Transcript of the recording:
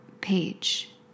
page